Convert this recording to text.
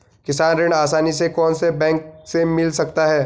किसान ऋण आसानी से कौनसे बैंक से मिल सकता है?